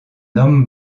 homme